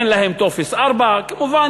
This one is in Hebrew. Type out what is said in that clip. אין להם טופס 4. כמובן,